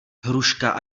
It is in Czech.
hruška